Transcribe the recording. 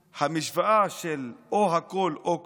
המשוואה של הכול או כלום,